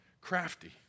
Crafty